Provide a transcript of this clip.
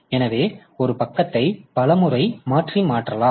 எனவே ஒரே பக்கத்தை பல முறை மாற்றலாம்